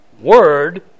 word